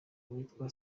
witwa